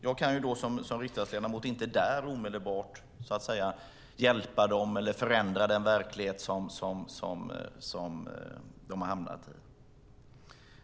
Jag kan som riksdagsledamot inte där omedelbart hjälpa dem eller förändra den verklighet som de hamnat i.